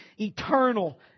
eternal